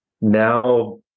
now